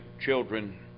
children